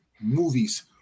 movies